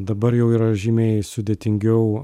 dabar jau yra žymiai sudėtingiau